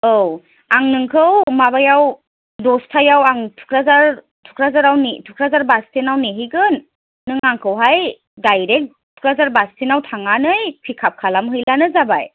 औ आं नोंखौ माबायाव दसथायाव आं थुक्राझार थुक्राझाराव ने थुक्राझार बास स्टेनाव नेहैगोन नों आंखौहाय डाइरेक्ट थुक्राझार बास स्टेनाव थांनानै पिक आप खालामहैब्लानो जाबाय